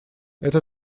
это